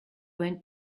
went